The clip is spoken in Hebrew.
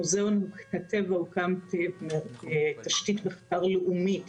מוזיאון הטבע הוקם כתשתית מחקר לאומית